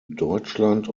deutschland